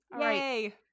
Yay